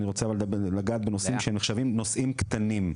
אבל אני רוצה לגעת בנושאים שנחשבים בנושאים קטנים,